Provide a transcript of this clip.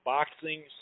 Boxing